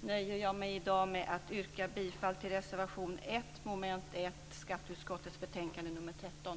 nöjer jag mig i dag med att yrka bifall till reservation 1 under mom. 1, skatteutskottets betänkande nr 13.